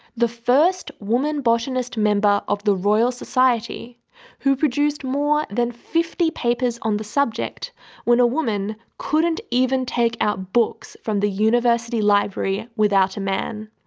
the first woman botanist member of the royal society who produced more than fifty papers on the subject when a woman couldn't even take out books from the university library without a man.